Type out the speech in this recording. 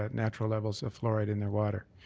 ah natural levels of fluoride in their water.